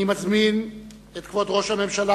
אני מזמין את כבוד ראש הממשלה,